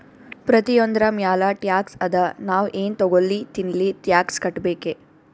ಪ್ರತಿಯೊಂದ್ರ ಮ್ಯಾಲ ಟ್ಯಾಕ್ಸ್ ಅದಾ, ನಾವ್ ಎನ್ ತಗೊಲ್ಲಿ ತಿನ್ಲಿ ಟ್ಯಾಕ್ಸ್ ಕಟ್ಬೇಕೆ